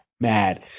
mad